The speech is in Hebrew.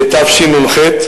ב-1997,